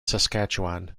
saskatchewan